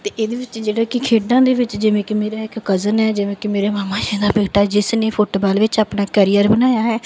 ਅਤੇ ਇਹਦੇ ਵਿੱਚ ਜਿਹੜਾ ਕਿ ਖੇਡਾਂ ਦੇ ਵਿੱਚ ਜਿਵੇਂ ਕਿ ਮੇਰਾ ਇੱਕ ਕਜ਼ਨ ਹੈ ਜਿਵੇਂ ਕਿ ਮੇਰੇ ਮਾਮਾ ਜੀ ਦਾ ਬੇਟਾ ਜਿਸ ਨੇ ਫੁੱਟਬਾਲ ਵਿੱਚ ਆਪਣਾ ਕਰੀਅਰ ਬਣਾਇਆ ਹੈ